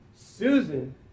Susan